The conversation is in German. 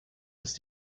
ist